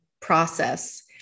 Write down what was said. process